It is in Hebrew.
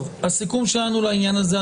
הסיכום שלנו לעניין הזה,